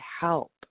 help